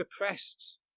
repressed